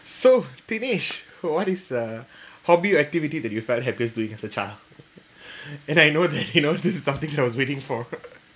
so Dinesh what is a hobby or activity that you felt happiest doing as a child and I know that you know this is something that I was waiting for